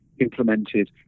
implemented